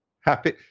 Happy